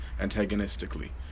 antagonistically